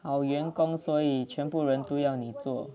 好员工所以全部人都要你做